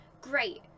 great